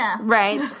Right